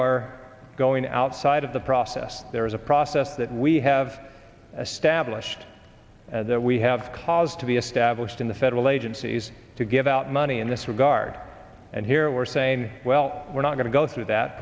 are going outside of the process there is a process that we have stablished that we have cause to be established in the federal agencies to give out money in this regard and here we're saying well we're not going to go through that